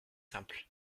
simple